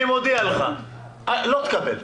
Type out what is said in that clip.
הנה, אני מודיע לך, לא תקבל.